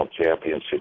championship